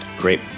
Great